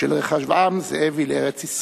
של רחבעם זאבי לארץ-ישראל.